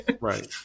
Right